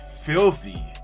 filthy